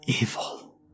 Evil